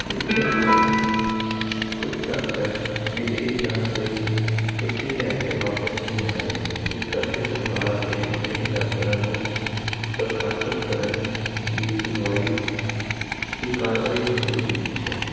ਇਸ ਕੁਝ ਡਾਕਟਰ ਵਿਦੇਸ਼ ਜਾਣ ਲਈ ਛੁੱਟੀ ਲੈ ਕੇ ਵਾਪਿਸ ਨਹੀਂ ਆ ਰਹੇ ਜਿਸ ਕਰਕੇ ਸਰਕਾਰ ਨੇ ਅਜਿਹੇ ਡਾਕਟਰਾਂ ਨੂੰ ਬਰਖਾਸਤ ਕਰਨ ਦੀ ਸੁਣਵਾਈ ਦੀ ਕਾਰਵਾਈ ਸ਼ੁਰੂ ਕੀਤੀ ਹੈ